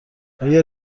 آیا